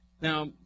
Now